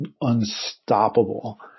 unstoppable